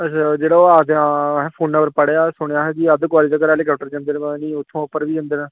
अच्छा जेह्ड़ा ओह् आखदे आं असें फोना पर पढ़ेआ सुनेआ ही कि अद्ध कुंवारी तक्कर हैलीकप्टर जंदे न पता नी उत्थुआं उप्पर बी जंदे न